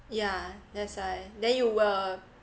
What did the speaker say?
yeah that's like then you were